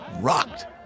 rocked